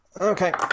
Okay